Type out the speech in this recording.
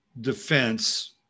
defense